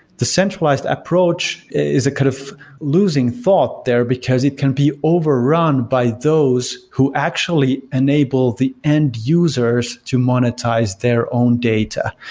the centralized approach is a kind of losing thought there, because it can be overrun by those who actually enable the end users to monetize their own data.